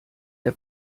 der